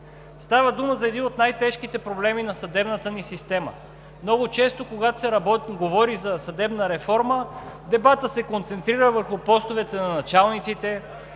Става дума за един от най-тежките проблеми на съдебната ни система. Много често, когато се говори за съдебна реформа, дебатът се концентрира върху постове на началниците,